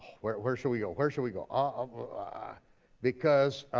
where where should we go, where should we go. ah ah because,